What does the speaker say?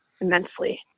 immensely